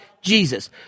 Jesus